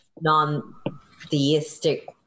non-theistic